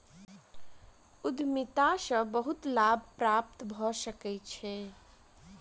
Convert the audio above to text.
उद्यमिता सॅ बहुत लाभ प्राप्त भ सकै छै